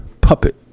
puppet